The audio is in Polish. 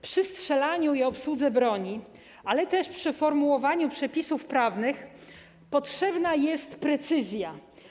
Przy strzelaniu i obsłudze broni, ale też przy formułowaniu przepisów prawnych potrzebna jest precyzja.